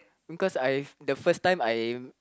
because I the first time I